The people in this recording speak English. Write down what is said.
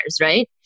right